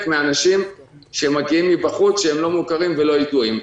מאנשים שמגיעים מן החוץ שהם לא מוכרים ולא ידועים.